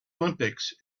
olympics